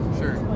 sure